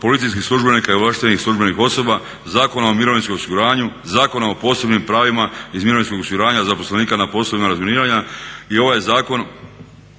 policijskih službenika i ovlaštenih službenih osoba, Zakona o mirovinskom osiguranju, Zakona o posebnim pravima iz mirovinskog osiguranja zaposlenika na poslovima razminiranja i ovaj Zakon